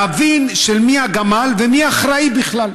להבין של מי הגמל ומי אחראי בכלל.